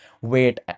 wait